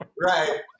right